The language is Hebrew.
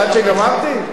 עד שגמרתי?